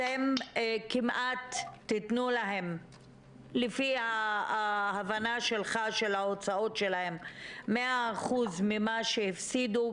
אתם תתנו להם לפי ההבנה שלך של ההוצאות שלהם מאה אחוז ממה שהפסידו,